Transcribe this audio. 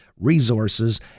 resources